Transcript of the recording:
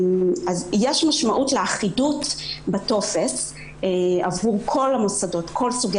יש משמעות לאחידות בטופס עבור כל סוגי